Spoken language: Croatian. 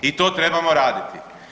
I to trebamo raditi.